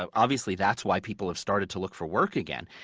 ah obviously, that's why people have started to look for work again.